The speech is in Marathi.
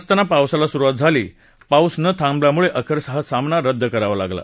असताना पावसाला सुरुवात झाली पाऊस न थांबल्यामुळे अखेर हा सामना रद्द करावा लागला